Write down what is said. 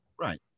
Right